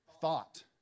thought